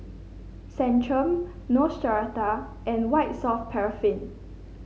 Centrum Neostrata and White Soft Paraffin